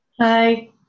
Hi